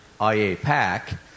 IAPAC